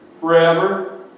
forever